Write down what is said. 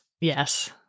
Yes